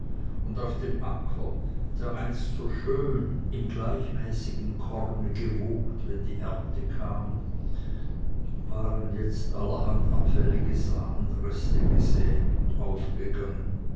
und auf dem acker der einst so schön im gleichmäßigen korne gewogt wenn die ernte kam waren jetzt allerhand abfällige samenreste gesäet und aufgegangen